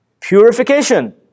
Purification